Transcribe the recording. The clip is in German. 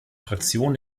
fraktion